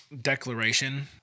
declaration